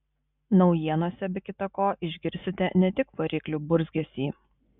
naujienose be kita ko išgirsite ne tik variklių burzgesį